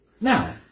Now